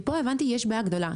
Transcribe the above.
מפה הבנתי שיש בעיה גדולה,